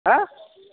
হা